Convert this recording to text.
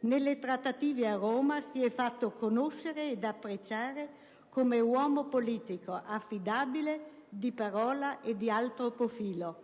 Nelle trattative a Roma si fa conoscere ed apprezzare come uomo politico affidabile, di parola e di alto profilo.